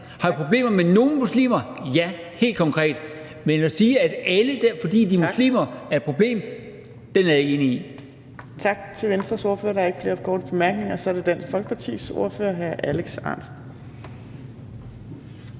Har vi problemer med nogle muslimer? Ja, helt konkret. Men at sige, at alle, fordi de er muslimer, er et problem, er jeg ikke enig i. Kl. 13:41 Fjerde næstformand (Trine Torp): Tak til Venstres ordfører. Der er ikke flere korte bemærkninger. Så er det Dansk Folkepartis ordfører. Hr. Alex Ahrendtsen.